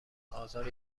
آزار